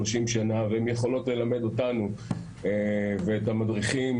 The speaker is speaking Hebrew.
שלושים שנה והן יכולות ללמד אותנו ואת המדריכים